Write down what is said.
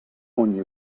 ogni